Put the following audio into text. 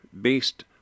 based